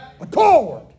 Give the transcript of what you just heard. Accord